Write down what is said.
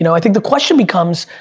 you know i think the question becomes,